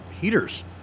heaters